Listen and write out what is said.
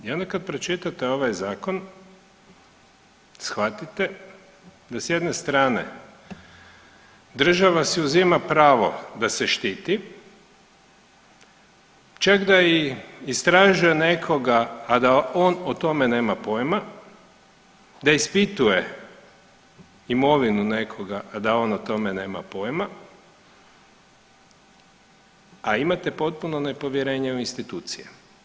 I onda kad pročitate ovaj zakon shvatite da s jedne strane država si uzima pravo da se štiti, čak da i istražuje nekoga a da on o tome nema pojima, da ispituje imovinu nekoga, a da on o tome nema pojima, a imate potpuno nepovjerenje u institucije.